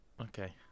okay